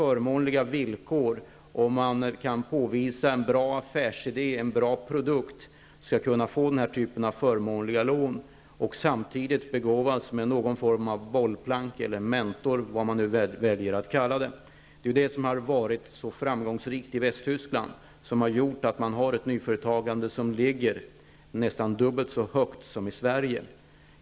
Om man kan påvisa en bra affärsidé, en bra produkt, skall man på förmånliga villkor kunna få dessa lån och samtidigt begåvas med någon form av bollplank eller en mentor. Det är det som har varit så framgångsrikt i Västtyskland och som har gjort att man där har ett nyföretagande som ligger nästan dubbelt så högt som i Sverige.